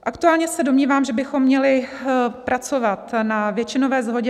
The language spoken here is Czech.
Aktuálně se domnívám, že bychom měli pracovat na většinové shodě